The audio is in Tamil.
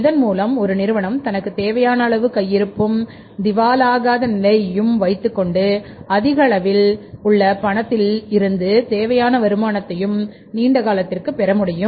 இதன் மூலம் ஒரு நிறுவனம் தனக்கு தேவையான அளவு கையிருப்பும் திவால் ஆகாத நிலைமையும் வைத்துக்கொண்டு அதிக அளவில் உள்ள பணத்தில் இருந்து தேவையான வருமானத்தையும் நீண்டகாலத்திற்கு பெறமுடியும்